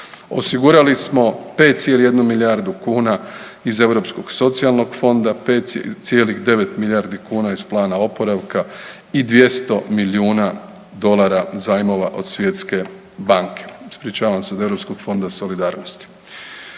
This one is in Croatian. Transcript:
Osigurali smo 5,1 milijardu kuna iz Europskog socijalnog fonda, 5,9 milijardi kuna iz Plana oporavka i 200 milijuna dolara od Svjetske banke. Ispričavam se, od Europskog fonda solidarnosti.